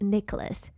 Nicholas